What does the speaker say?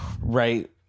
Right